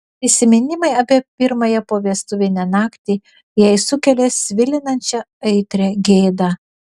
prisiminimai apie pirmąją povestuvinę naktį jai sukelia svilinančią aitrią gėdą